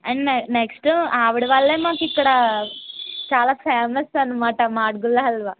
and నే next ఆవిడ వల్లే నాకిక్కడ చాలా ఫేమస్ అనమాట మాడుగుల హల్వా